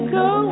go